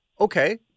okay